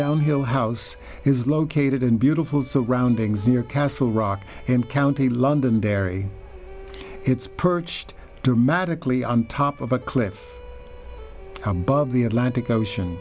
down hill house is located in beautiful surroundings near castle rock in county londonderry it's perched dramatically on top of a cliff come bob the atlantic ocean